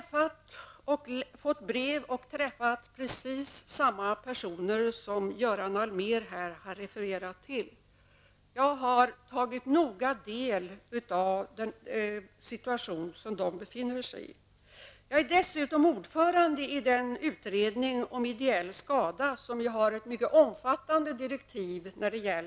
Jag har fått brev från och träffat precis samma personer som Göran Allmér här har refererat till. Jag har noga tagit del av den situation som de befinner sig i. Jag är dessutom ordförande i den utredning om ideell skada som ju har mycket omfattande direktiv.